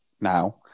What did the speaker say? now